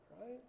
right